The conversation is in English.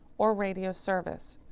or radio service.